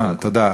אה, תודה.